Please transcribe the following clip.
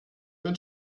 mit